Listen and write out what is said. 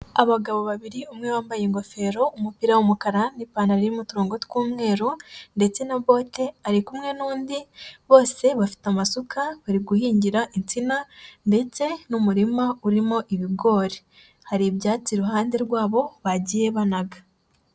Abagabo babiri, umwe wambaye ingofero, umupira w'umukara n'ipantaro irimo uturongo tw'umweru ndetse na bote ari kumwe n'undi bose bafite amasuka bari guhingira insina ndetse n'umurima urimo ibigori, hari ibyatsi iruhande rwabo bagiye banaga.